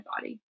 body